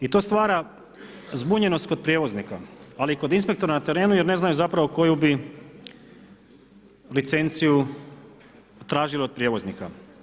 I to stvara zbunjenost kod prijevoznika ali i kod inspektora na terenu jer ne znaju zapravo koju bi licenciju tražili od prijevoznika.